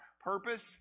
purpose